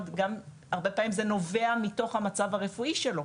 וגם הרבה פעמים זה נובע מתוך המצב הרפואי שלו.